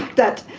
that.